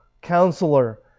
Counselor